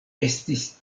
estis